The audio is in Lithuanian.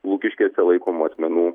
lukiškėse laikomų asmenų